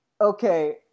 okay